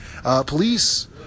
Police